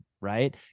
right